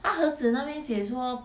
他盒子那边写说